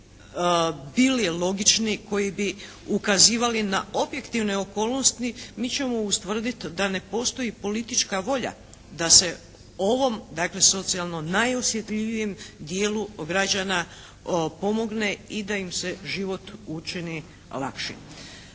bili logični, koji bi ukazivali na objektivne okolnosti mi ćemo ustvrditi da ne postoji politička volja da se ovom dakle socijalno najosjetljivijem dijelu građana pomogne i da im se život učini lakšim.